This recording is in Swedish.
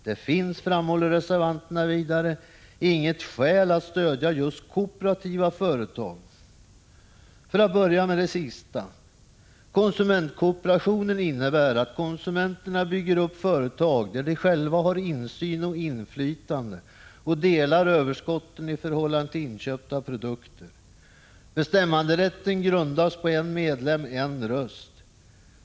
Det finns, framhåller reservanterna vidare, inget skäl att stödja just kooperativa företag. För att börja med det sista: Konsumentkooperationen innebär att konsumenterna bygger upp företag där de själva har insyn och inflytande och delar överskotten i förhållande till inköpta produkter. Bestämmanderätten grundas på principen en medlem-en röst.